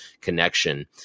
connection